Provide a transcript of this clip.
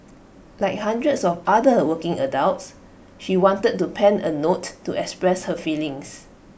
like hundreds of other working adults she wanted to pen A note to express her feelings